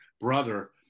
brother